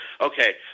Okay